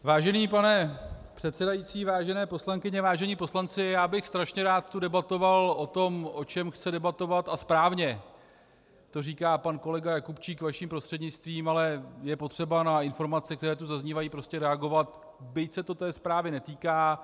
Vážený pane předsedající, vážené poslankyně, vážení poslanci, já bych tu strašně rád debatoval o tom, o čem chce debatovat, a správně to říká pan kolega Jakubčík vaším prostřednictvím, ale je potřeba na informace, které tu zaznívají, prostě reagovat, byť se to té zprávy netýká.